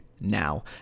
now